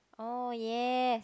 oh yes